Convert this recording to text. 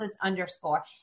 underscore